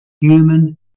human